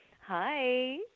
Hi